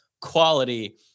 quality